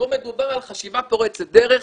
פה מדובר על חשיבה פורצת דרך,